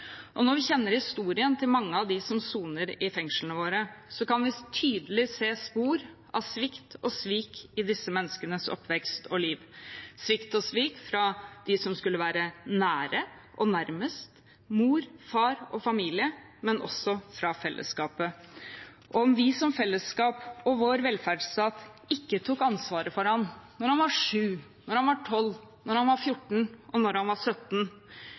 Når vi kjenner historien til mange av dem som soner i fengslene våre, kan vi tydelig se spor av svikt og svik i disse menneskenes oppvekst og liv – svikt og svik fra dem som skulle være nære og nærmest, mor, far og familie, men også fra fellesskapet. Om vi som fellesskap og vår velferdsstat ikke tok ansvaret for han da han var 7, da han var 12, da han var 14, og da han var 17